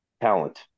talent